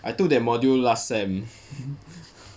I took that module last sem